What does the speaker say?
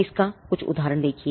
अब कुछ उदाहरण देखिए